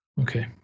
okay